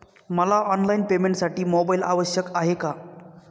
मला ऑनलाईन पेमेंटसाठी मोबाईल आवश्यक आहे का?